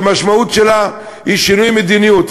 שהמשמעות שלה היא שינוי מדיניות.